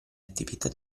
attività